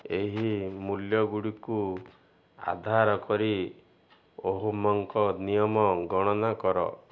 ଏହି ମୂଲ୍ୟଗୁଡ଼ିକୁ ଆଧାର କରି ଓହମ୍ଙ୍କ ନିୟମ ଗଣନା କର